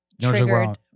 triggered